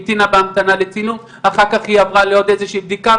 אחר כך היא המתינה לתוצאות של בדיקה.